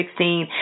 2016